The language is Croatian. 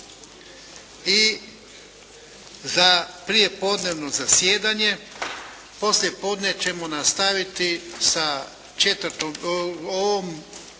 i za prijepodnevno zasjedanje, poslijepodne ćemo nastaviti sa 4., o ovom